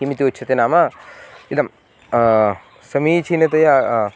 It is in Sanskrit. किमिति उच्यते नाम इदं समीचीनतया